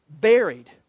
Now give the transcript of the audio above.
buried